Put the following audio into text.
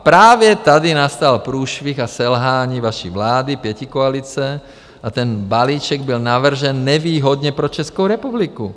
A právě tady nastal průšvih a selhání vaší vlády pětikoalice a ten balíček byl navržen nevýhodně pro Českou republiku.